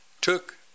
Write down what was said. took